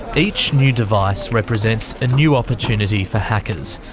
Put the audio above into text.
each new device represents a new opportunity for hackers,